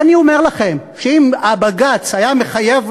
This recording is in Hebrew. שאני אומר לכם שאם הבג"ץ היה מחייב